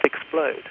explode